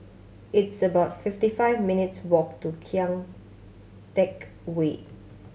it's about fifty five minutes' walk to Kian Teck Way